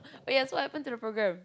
oh yeah so what happened to the program